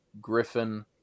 Griffin